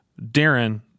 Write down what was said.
Darren